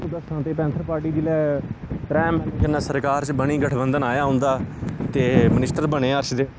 ते दस्सां ते पैंथर पार्टी जेल्लै त्रै एम एल ए कन्नै सरकार च बनी गठबंधन आया उंदा ते मिनिस्टर बने हर्ष देव साह्ब होर